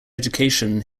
education